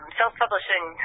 self-publishing